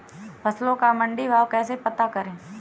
फसलों का मंडी भाव कैसे पता करें?